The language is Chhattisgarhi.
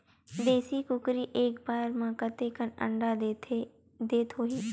देशी कुकरी एक बार म कतेकन अंडा देत होही?